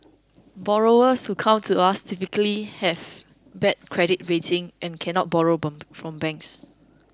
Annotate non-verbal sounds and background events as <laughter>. borrowers who come to us typically have bad credit rating and cannot borrow <unintelligible> from banks